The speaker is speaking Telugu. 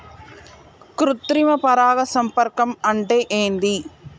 కృత్రిమ పరాగ సంపర్కం అంటే ఏంది?